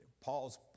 Paul's